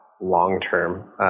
long-term